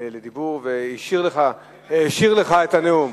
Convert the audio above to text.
לדיבור הרבה מעבר ל-20 דקות והעשיר לך את הנאום.